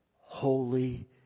holy